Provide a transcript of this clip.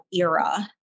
era